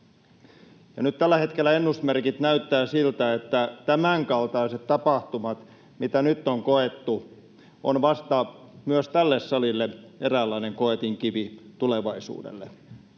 Nyt tällä hetkellä ennusmerkit näyttävät siltä, että tämänkaltaiset tapahtumat, mitä nyt on koettu, ovat myös tälle salille vasta eräänlainen koetinkivi tulevaisuudelle.